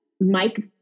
Mike